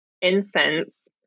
incense